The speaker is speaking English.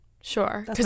Sure